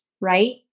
right